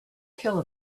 kill